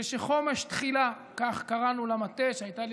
"חומש תחילה" כך קראנו למטה שהייתה לי